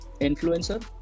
influencer